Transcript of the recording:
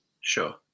sure